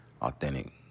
authentic